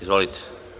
Izvolite.